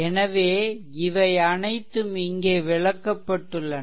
எனவே இவை அனைத்தும் இங்கே விளக்கப்பட்டுள்ளன